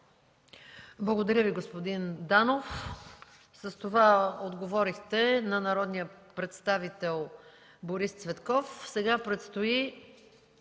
Благодаря Ви, господин Данов. С това отговорихте на народния представител Борис Цветков.